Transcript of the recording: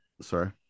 sorry